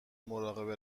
مراقب